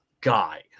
guy